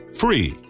free